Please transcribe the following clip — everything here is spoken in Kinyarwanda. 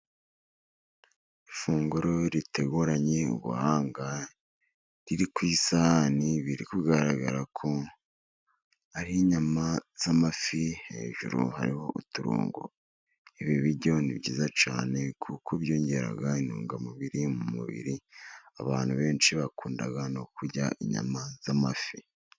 Ifunguro riteguranye ubuhanga, riri ku isahani biri kugaragara ko ari inyama z'amafi hejuru hariho uturongo, ibi biryo ni byiza cyane kuko byongera intungamubiri mu mubiri, abantu benshi bakunda no kurya inyama z'amafi.